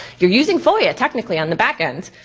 you're using foia technically on the backend.